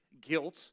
guilt